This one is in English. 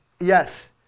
yes